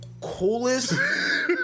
coolest